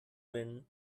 when